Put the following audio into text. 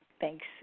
Thanks